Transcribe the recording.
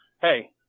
Hey